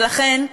ולכן,